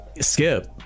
skip